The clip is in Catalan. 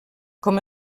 com